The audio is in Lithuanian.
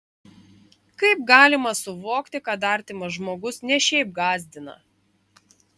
kaip galima suvokti kad artimas žmogus ne šiaip gąsdina